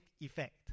effect